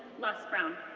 les brown.